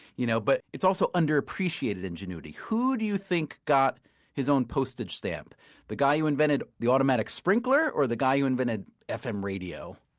you know but it's also underappreciated ingenuity. who do you think got his own postage stamp the guy who invented the automatic sprinkler, or the guy who invented fm radio?